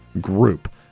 Group